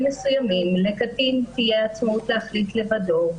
מסוימים לקטין תהיה עצמאות להחליט לבדו,